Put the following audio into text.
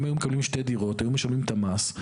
שאם היו מקבלים שתי דירות, היו משלמים את המס.